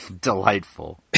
Delightful